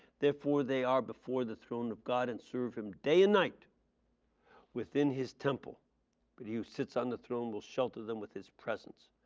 therefore they are before the throne of god and serve him day and night within his temple and but he who sits on the throne will shelter them with his presence.